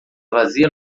vazia